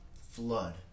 flood